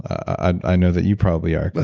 i know that you probably are, but